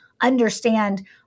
understand